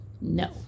No